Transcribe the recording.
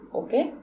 okay